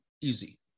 easy